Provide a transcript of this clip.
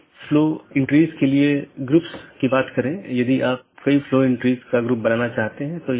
अगला राउटर 3 फिर AS3 AS2 AS1 और फिर आपके पास राउटर R1 है